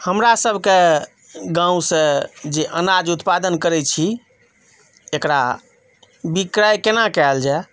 हमरासभके गाँवसँ जे अनाज उत्पादन करैत छी एकरा विक्रय केना कयल जाय